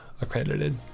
accredited